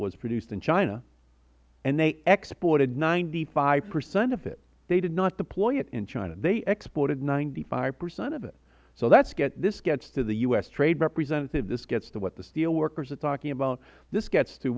was produced in china and they exported ninety five percent of it they did not deploy it in china they exported ninety five percent of it so this gets to the u s trade representative this gets to what the steelworkers are talking about this gets to